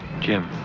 Jim